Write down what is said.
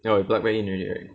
!oi! plug back in already right